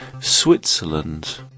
Switzerland